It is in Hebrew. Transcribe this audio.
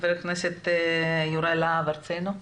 חבר הכנסת יוראי להב הרצנו.